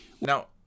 Now